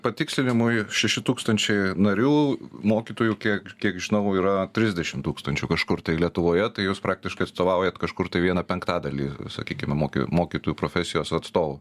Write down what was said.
patikslinimui šeši tūkstančiai narių mokytojų kiek kiek žinau yra trisdešim tūkstančių kažkur tai lietuvoje tai jūs praktiškai atstovaujat kažkur tai vieną penktadalį sakykime moki mokytojų profesijos atstovų